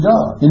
God